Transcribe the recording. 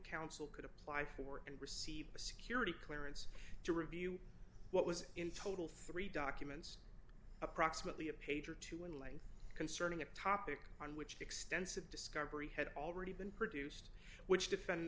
counsel could apply for and receive a security clearance to review what was in total three documents approximately a page or two with concerning a topic on which the extensive discovery had already been produced which defend